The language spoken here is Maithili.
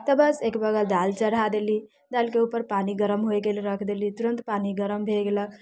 तऽ बस एक बगल दालि चढ़ा देली दालिके उपर पानि गरम होयके लेल रख देली तुरन्त पानि गरम भए गेलक